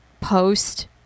post